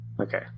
Okay